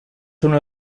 uno